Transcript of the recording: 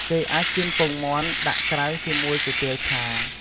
គេអាចចៀនពងមាន់ ដាក់ក្រៅជាមួយគុយទាវឆា។